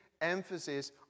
emphasis